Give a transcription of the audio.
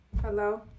Hello